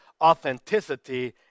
authenticity